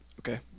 Okay